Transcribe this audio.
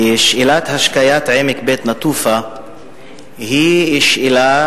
שאלת השקיית עמק בית-נטופה היא שאלה